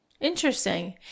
Interesting